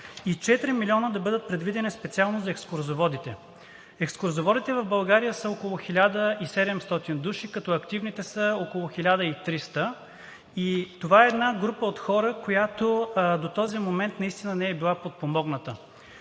- 4 милиона да бъдат предвидени специално за екскурзоводите. Екскурзоводите в България са около 1700 души, като активните са около 1300. Това е една група от хора, която до този момент наистина не е била подпомогната.